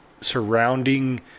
surrounding